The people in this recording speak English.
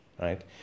right